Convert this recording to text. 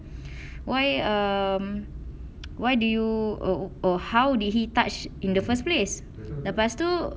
why um why do you err err how did he touch in the first place lepas tu